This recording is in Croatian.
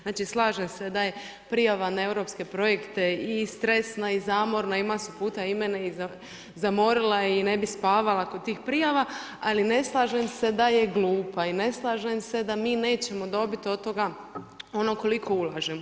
Znači, slažem se da je prijava na europske projekte i stresna i zamorna, i masu puta i mene je zamorila i ne bih spavala kod tih prijava, ali ne slažem se da je glupa i ne slažem se da mi nećemo dobiti od toga ono koliko ulažemo.